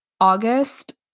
August